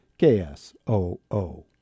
KSOO